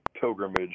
pilgrimage